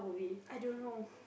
I don't know